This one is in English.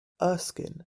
erskine